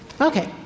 Okay